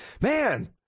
man